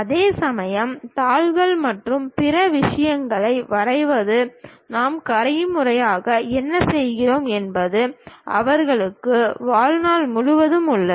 அதேசமயம் தாள்கள் மற்றும் பிற விஷயங்களை வரைவது நாம் கைமுறையாக என்ன செய்கிறோம் என்பது அவர்களுக்கு வாழ்நாள் முழுவதும் உள்ளது